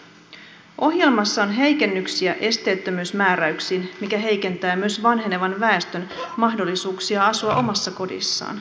ohjelmassa on heikennyksiä esteettömyysmääräyksiin mikä heikentää myös vanhenevan väestön mahdollisuuksia asua omassa kodissaan